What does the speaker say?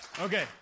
Okay